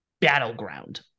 battleground